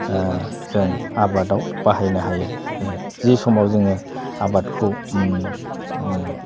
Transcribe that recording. जों आबादाव बाहायनो हायो जि समाव जोङो आबादखौ